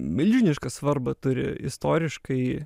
milžinišką svarbą turi istoriškai